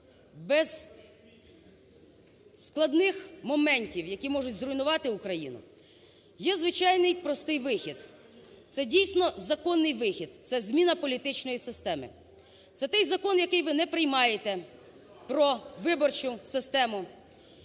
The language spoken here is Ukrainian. без складних моментів, які можуть зруйнувати країну. Є звичайний, простий вихід це дійсно законний вихід – це зміна політичної системи. Це той закон, який ви не приймаєте про виборчу систему.